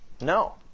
No